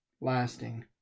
lasting